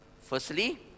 Firstly